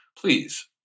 please